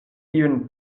even